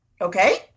Okay